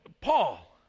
Paul